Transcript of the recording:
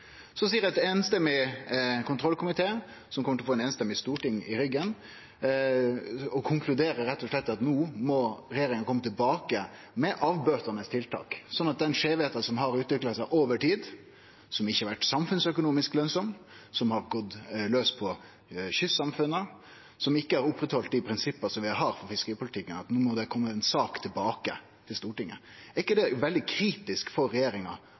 som kjem til å få eit samrøystes storting i ryggen, konkluderer rett og slett med at no må regjeringa kome tilbake med avbøtande tiltak og rette opp den skeivheita som har utvikla seg over tid, som ikkje har vore samfunnsøkonomisk lønsam, som har gått laus på kystsamfunna, som ikkje har halde opp dei prinsippa vi har for fiskeripolitikken, og at det no må kome ei sak tilbake til Stortinget. Er det ikkje veldig kritisk for regjeringa